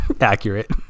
accurate